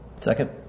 Second